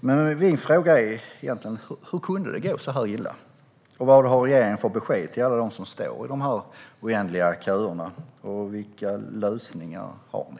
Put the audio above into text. Min fråga är: Hur kunde det gå så illa, vad har regeringen för besked till alla som står i de oändliga köerna, och vilka lösningar har ni?